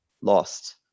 lost